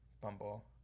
Bumble